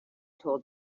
told